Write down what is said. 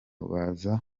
baza